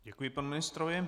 Děkuji panu ministrovi.